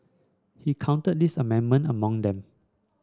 he counted this amendment among them